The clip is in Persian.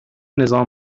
نظام